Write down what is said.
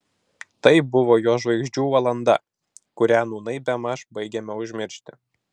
tai buvo jo žvaigždžių valanda kurią nūnai bemaž baigiame užmiršti